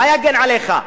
מה יגן עליך?